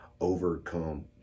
overcome